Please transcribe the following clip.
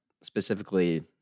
specifically